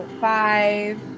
five